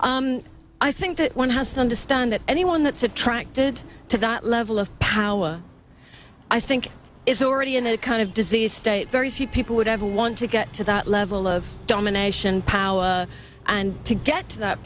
t i think that one has to understand that anyone that's attracted to that level of power i think is already in a kind of disease state very few people would ever want to get to that level of domination power and to get to that